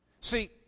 See